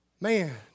Man